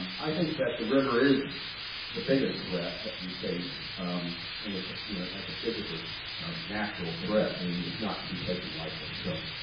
i think that the river is the biggest threat that we face um and as you know as a physical natural threat and it's not to be taken lightly. like and so,